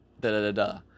da-da-da-da